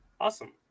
Awesome